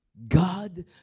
God